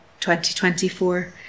2024